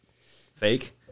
Fake